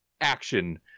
action